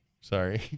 Sorry